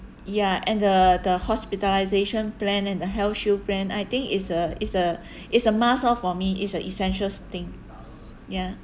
ya and the the hospitalisation plan and the health shield plan I think it's a it's a it's a must orh for me it's a essentials thing ya